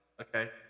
Okay